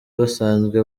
basanzwe